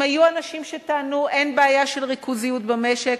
אם היו אנשים שטענו: אין בעיה של ריכוזיות במשק,